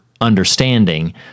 understanding